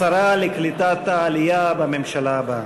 השרה לקליטת העלייה בממשלה הבאה.